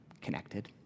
connected